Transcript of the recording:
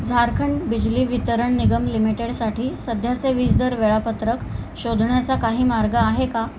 झारखंड बिजली वितरण निगम लिमिटेडसाठी सध्याचे वीज दर वेळापत्रक शोधण्याचा काही मार्ग आहे का